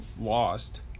lost